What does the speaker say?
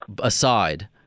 aside